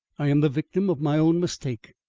i am the victim of my own mistake.